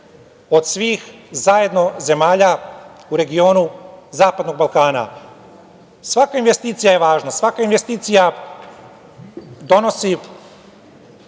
od svih zajedno zemalja u regionu Zapadnog Balkana. Svaka investicija je važna. Svaka investicija donosi